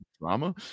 Drama